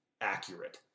accurate